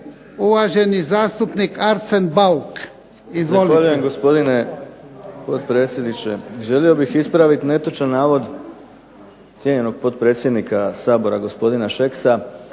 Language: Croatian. Uvaženi zastupnik Arsen Bauk. Izvolite.